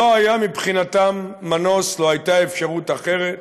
לא היה מבחינתם מנוס, לא הייתה אפשרות אחרת,